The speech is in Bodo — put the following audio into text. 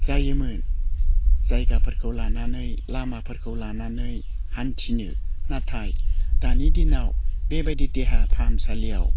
जायोमोन जायगाफोरखौ लानानै लामाफोरखौ लानानै हान्थिनो नाथाय दानि दिनाव बेबायदि देहा फाहामसालियाव